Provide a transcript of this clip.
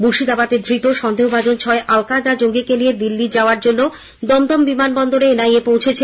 মুর্শিদাবাদে ধৃত সন্দেহভাজন ছয় আলকায়েদা জঙ্গীকে নিয়ে দিল্লী যাওয়ার জন্য এনআইএ দমদম বিমানবন্দরে পৌঁছেছে